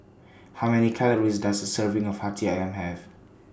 How Many Calories Does A Serving of Hati Ayam Have